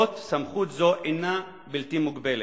עם זאת, סמכות זו אינה בלתי מוגבלת.